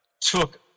took